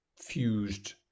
fused